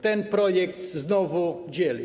Ten projekt znowu dzieli.